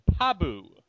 Pabu